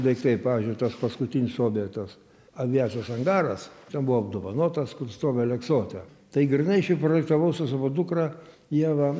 daiktai pavyzdžiui tas paskutinis objektas aviacijos angaras buvo apdovanotas kur stovi aleksote tai grynai aš jį projektavau su savo dukra ieva